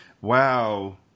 Wow